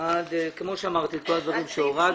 על כל הדברים שאמרתי.